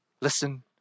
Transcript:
Listen